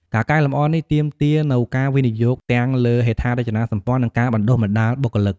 ការកែលម្អនេះទាមទារនូវការវិនិយោគទាំងលើហេដ្ឋារចនាសម្ព័ន្ធនិងការបណ្តុះបណ្តាលបុគ្គលិក។